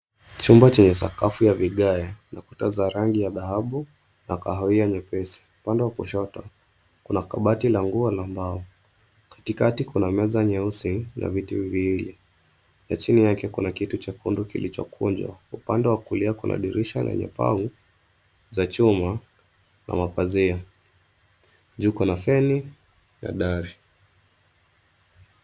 Chumba chenye sakafu ya vigae na kuta za rangi ya dhahabu na kahawia nyepesi. Upande wa kushoto kuna kabati la nguo la mbao. Katikati kuna meza nyeusi na viti viwili na chini yake kuna kitu chekundu kilichokunjwa. Upande wa kulia kuna dirisha lenye pau za chuma na mapazia. Juu kuna feni la dari.